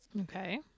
Okay